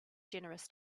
generous